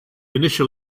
initial